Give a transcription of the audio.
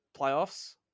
playoffs